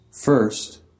First